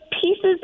pieces